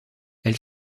elle